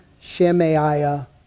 Shemaiah